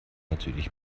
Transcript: natürlich